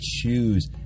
choose